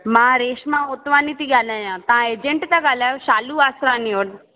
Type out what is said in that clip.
मां रेशमा उटवाणी थी ॻाल्हायां तव्हां एजेंट था ॻाल्हायो शालू आसवाणी वटि